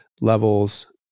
levels